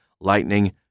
lightning